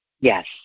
Yes